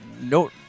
no